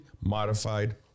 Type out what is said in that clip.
modified